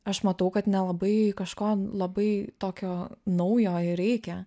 aš matau kad nelabai kažko labai tokio naujo ir reikia